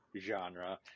genre